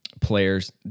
players